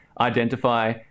identify